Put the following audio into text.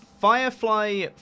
Firefly